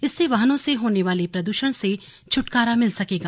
इससे वाहनों से होने वाले प्रदूषण से छुटकारा मिल सकेगा